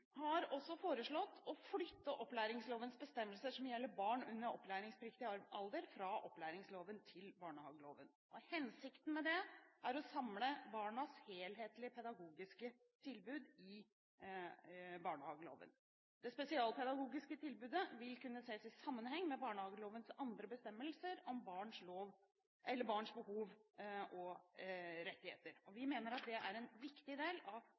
har også foreslått å flytte opplæringslovens bestemmelser som gjelder barn under opplæringspliktig alder, fra opplæringsloven til barnehageloven. Hensikten med det er å samle barnas helhetlige pedagogiske tilbud i barnehageloven. Det spesialpedagogiske tilbudet vil kunne ses i sammenheng med barnehagelovens andre bestemmelser om barns behov og rettigheter. Vi mener at det er en viktig del av